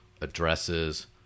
addresses